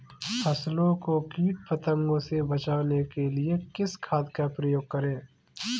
फसलों को कीट पतंगों से बचाने के लिए किस खाद का प्रयोग करें?